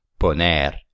poner